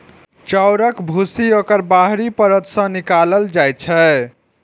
चाउरक भूसी ओकर बाहरी परत सं निकालल जाइ छै